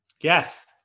Yes